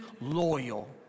loyal